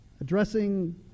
Addressing